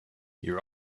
your